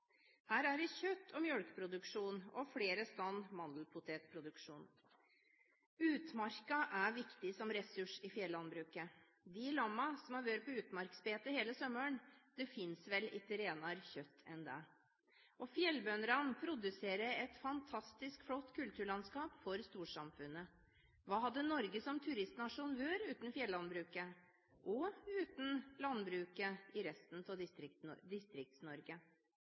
Her er det kjøtt og melkeproduksjon, og flere steder mandelpotetproduksjon. Utmarka er viktig som ressurs i fjellandbruket. Det finnes vel ikke renere kjøtt enn lammene som har vært på utmarksbeite hele sommeren. Fjellbøndene produserer et fantastisk flott kulturlandskap for storsamfunnet. Hva hadde Norge som turistnasjon vært uten fjellandbruket og uten landbruket i resten av